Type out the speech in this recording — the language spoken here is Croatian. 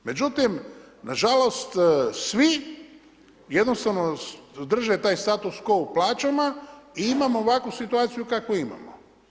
Međutim, nažalost svi jednostavno drže taj status quo u plaćama i imamo ovakvu situaciju kakvu imamo.